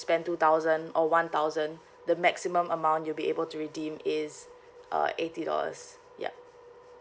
spend two thousand or one thousand the maximum amount you'll be able to redeem is uh eighty dollars yup